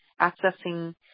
accessing